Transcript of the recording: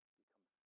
become